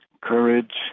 courage